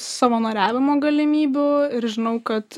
savanoriavimo galimybių ir žinau kad